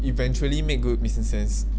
eventually make good business sense